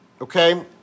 Okay